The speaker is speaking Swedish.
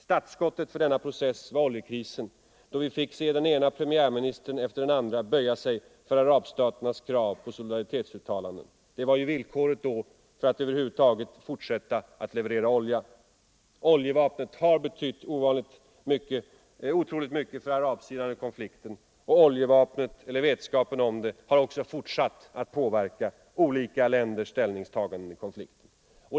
Startskottet för denna process var oljekrisen, då vi fick se den ene premiärministern efter den andre böja sig för arabstaternas krav på solidaritetsuttalanden. Det var villkoret då för att över huvud taget fortsätta oljeleveranserna. Oljevapnet har betytt otroligt mycket för arabsidan i konflikten. Vetskapen om oljevapnet har också fortsatt att påverka västländernas ställningstaganden i konflikten.